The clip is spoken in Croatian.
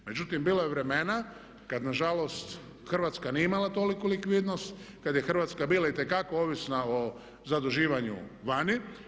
Međutim, bilo je vremena kad na žalost Hrvatska nije imala toliku likvidnost, kad je Hrvatska bila itekako ovisna o zaduživanju vani.